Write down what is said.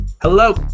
Hello